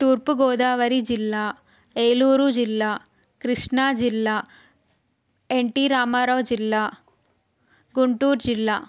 తూర్పు గోదావరి జిల్లా ఏలూరు జిల్లా క్రిష్ణా జిల్లా ఎన్టీ రామారావు జిల్లా గుంటూరు జిల్లా